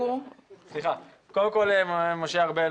קודם כל משה ארבל,